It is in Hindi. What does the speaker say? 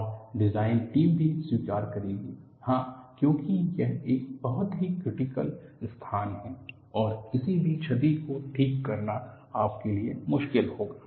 और डिजाइन टीम भी स्वीकार करेगी हां क्योंकि यह एक बहुत ही क्रीटीकल स्थान है और किसी भी क्षति को ठीक करना आपके लिए मुश्किल होगा